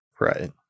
Right